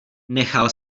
nechal